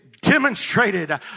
demonstrated